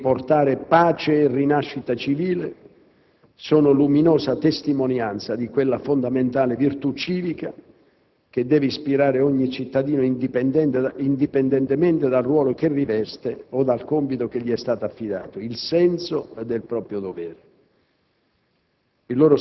con l'obiettivo di riportare pace e rinascita civile, sono luminosa testimonianza di quella fondamentale virtù civica che deve ispirare ogni cittadino, indipendentemente dal ruolo che riveste o dal compito che gli è stato affidato: il senso del proprio dovere.